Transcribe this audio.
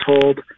told